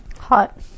Hot